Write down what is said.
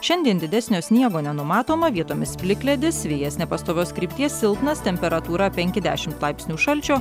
šiandien didesnio sniego nenumatoma vietomis plikledis vėjas nepastovios krypties silpnas temperatūra penki dešimt laipsnių šalčio